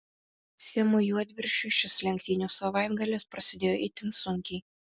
simui juodviršiui šis lenktynių savaitgalis prasidėjo itin sunkiai